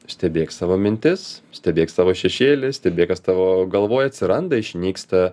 stebėk savo mintis stebėk savo šešėlį stebėk kas tavo galvoj atsiranda išnyksta